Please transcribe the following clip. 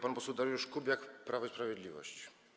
Pan poseł Dariusz Kubiak, Prawo i Sprawiedliwość.